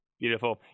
Beautiful